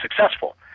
successful